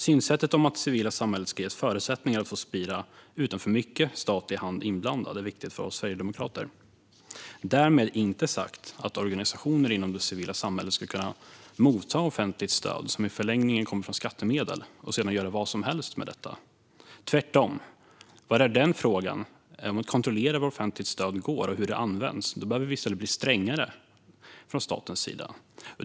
Synsättet om att civilsamhället ska ges förutsättningar att få spira utan att för mycket statlig hand är inblandad är viktigt för oss sverigedemokrater - därmed inte sagt att organisationer inom det civila samhället ska kunna motta offentliga stöd, som i förlängningen kommer från skattemedel, och sedan göra vad som helst med dessa, tvärtom. Vad gäller frågan om att kontrollera vart offentligt stöd går, och hur det används, behöver vi från statens sida i stället bli strängare.